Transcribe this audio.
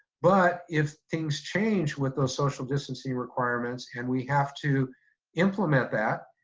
but, if things change with those social distancing requirements and we have to implement that,